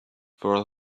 for